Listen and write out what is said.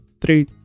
three